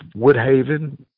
Woodhaven